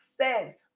says